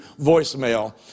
voicemail